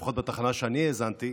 לפחות בתחנה שאני האזנתי,